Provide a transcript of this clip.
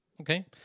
Okay